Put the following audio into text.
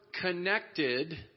connected